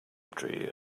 tree